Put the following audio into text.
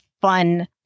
fun